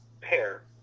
pair